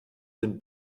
den